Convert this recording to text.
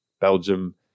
Belgium